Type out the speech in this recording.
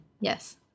Yes